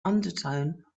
undertone